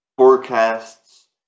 forecasts